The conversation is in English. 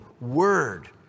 word